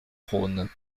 rhône